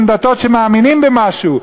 שהן דתות שמאמינות במשהו.